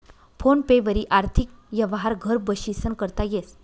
phone पे वरी आर्थिक यवहार घर बशीसन करता येस